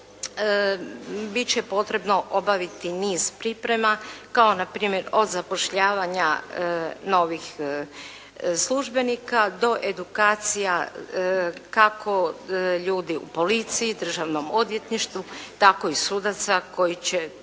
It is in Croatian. će potrebno obaviti niz priprema kao na primjer od zapošljavanja novih službenika do edukacija kako ljudi u policiji, Državnom odvjetništvu tako i sudaca koji će